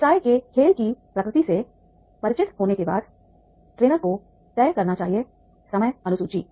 व्यवसाय के खेल की प्रकृति से परिचित होने के बाद ट्रेनर को तय करना चाहिए समय अनुसूची